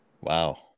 Wow